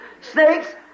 snakes